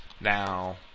Now